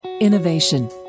Innovation